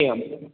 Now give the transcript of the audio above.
एवम्